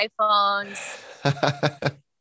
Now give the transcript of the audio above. iPhones